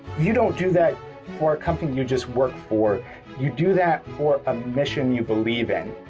you don't do that for a company you just work for you do that for a mission you believe in,